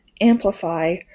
amplify